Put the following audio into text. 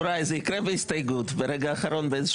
זה יקרה בהסתייגות ברגע האחרון.